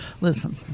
Listen